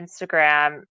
instagram